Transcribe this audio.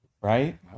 right